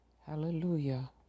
Hallelujah